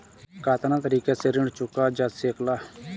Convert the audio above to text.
कातना तरीके से ऋण चुका जा सेकला?